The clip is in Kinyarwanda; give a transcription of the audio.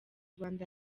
rwanda